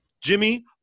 Jimmy